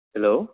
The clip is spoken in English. hello